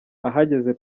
ahageze